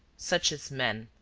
such is man,